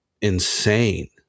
insane